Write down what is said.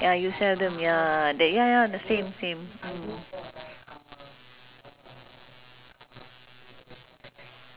ah ya lor then don't tell me I have to wait there right !aiya! and then if let's say for lunch time usually we cook at home